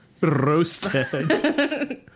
Roasted